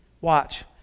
Watch